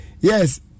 Yes